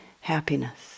happiness